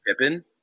Pippen